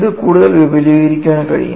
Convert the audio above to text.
ഇത് കൂടുതൽ വിപുലീകരിക്കാൻ കഴിയും